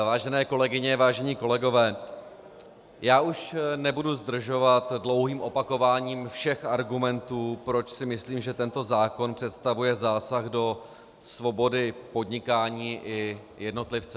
Vážené kolegyně, vážení kolegové, už nebudu zdržovat dlouhým opakováním všech argumentů, proč si myslím, že tento zákon představuje zásah do svobody podnikání i jednotlivce.